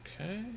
Okay